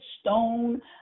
stone